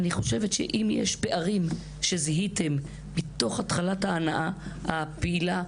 אני חושבת שאם יש פערים שזיהיתם מתוך התחלת ההנעה הפעילה,